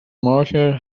marker